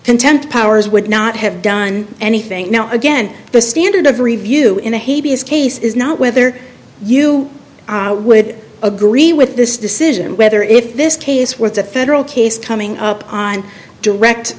content powers would not have done anything now again the standard of review in the hague his case is not whether you would agree with this decision whether if this case was a federal case coming up on direct